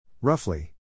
Roughly